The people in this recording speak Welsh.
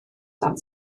dan